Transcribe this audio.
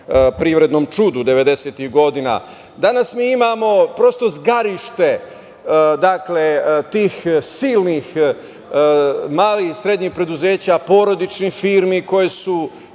privrednom čudu 90-ih godina. Danas mi imamo prosto zgarište tih silnih malih i srednjih preduzeća, porodičnih firmi, koje su